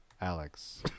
Alex